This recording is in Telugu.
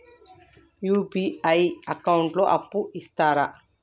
యూ.పీ.ఐ అకౌంట్ లో అప్పు ఇస్తరా?